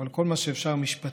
אבל כל מה שאפשר משפטית,